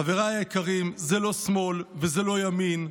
חבריי היקרים, זה לא שמאל וזה לא ימין,